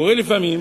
קורה לפעמים